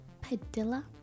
Padilla